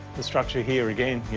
the structure here again,